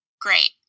great